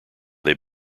they